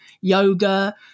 yoga